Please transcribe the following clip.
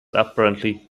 apparently